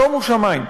שומו שמים.